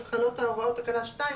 אז חלות הוראות תקנה 2,